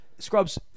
Scrubs